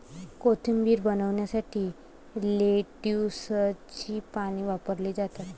कोशिंबीर बनवण्यासाठी लेट्युसची पाने वापरली जातात